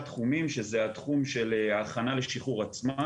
תחומים שהם התחום של ההכנה לשחרור עצמה,